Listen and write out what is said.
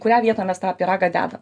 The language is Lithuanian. kurią vietą mes tą pyragą deda